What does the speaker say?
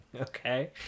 Okay